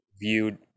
viewed